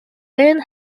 band